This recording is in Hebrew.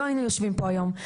לא היינו יושבים פה היום.